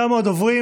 תמו הדוברים.